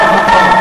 משפט אחרון.